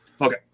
Okay